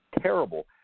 terrible